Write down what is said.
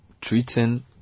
treating